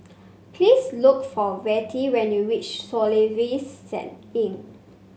please look for Vertie when you reach Soluxe Inn